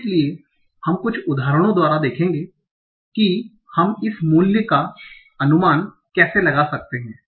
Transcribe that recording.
इसलिए हम कुछ उदाहरणों द्वारा देखेंगे कि हम इस मूल्य का अनुमान कैसे लगा सकते हैं